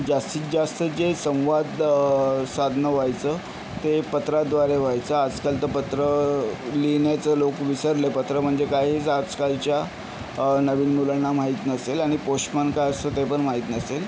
जास्तीत जास्त जे संवाद साधणं व्हायचं ते पत्राद्वारे व्हायचं आजकाल तर पत्र लिहिण्याचं लोक विसरले पत्र म्हणजे काही जर आजकालच्या नवीन मुलांना माहीत नसेल आणि पोश्टमन काय असतो ते पण माहीत नसेल